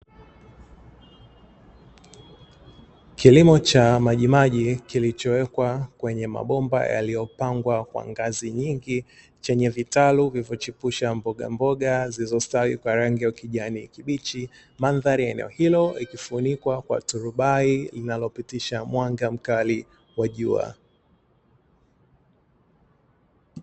Kilimo cha majimaji kilichowekwa kwenye mabomba yaliyopangwa kwa ngazi nyingi, chenye vitalu vilivyochipusha mbogamboga zilizostawi kwa rangi ya ukijani kibichi, mandhari ya eneo ikifunikwa kwa turbai linalopitisha mwanga mkali wa jua.